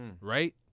Right